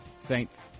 Saints